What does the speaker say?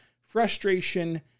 frustration